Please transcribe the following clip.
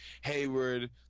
Hayward